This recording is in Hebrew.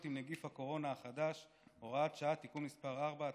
עם נגיף הקורונה החדש (הוראת שעה) (תיקון מס' 4),